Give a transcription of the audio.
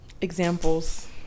Examples